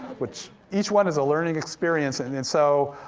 which, each one is a learning experience, and and so,